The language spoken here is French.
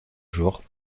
jours